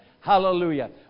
Hallelujah